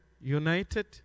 united